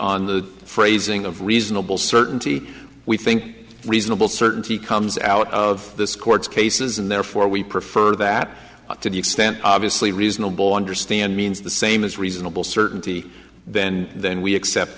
on the phrasing of reasonable certainty we think reasonable certainty comes out of this court's cases and therefore we prefer that to the extent obviously reasonable understand means the same as reasonable certainty then then we accept